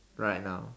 right now